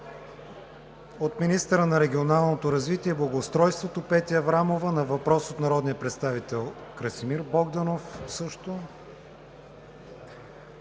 - министъра на регионалното развитие и благоустройството Петя Аврамова на въпрос от народния представител Красимир Богданов;